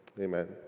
Amen